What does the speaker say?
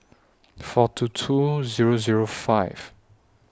four two two Zero Zero five